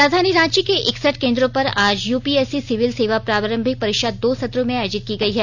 राजधानी रांची के इकसठ केन्द्रों पर आज यूपीएससी सिविल सेवा प्रारंभिक परीक्षा दो सत्रों में आयोजित की गयी है